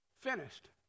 finished